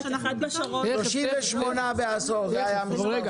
38 בעשור, זה היה המספר.